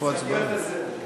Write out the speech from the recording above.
הצעת חוק